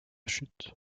chute